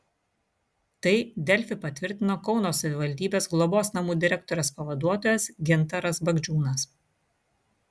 tai delfi patvirtino kauno savivaldybės globos namų direktorės pavaduotojas gintaras bagdžiūnas